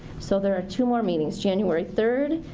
so there are two more meetings, january third,